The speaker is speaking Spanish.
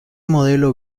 modelo